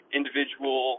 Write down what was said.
individual